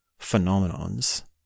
phenomenons